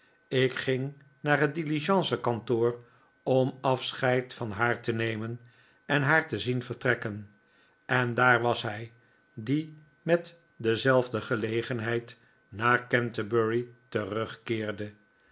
ik ging naar het diligencekantoor om afscheid van haar te nemen en haar te zien vertrekkenj en daar was hij die met dezelfde gelegenheid naar canterbury terugkeerde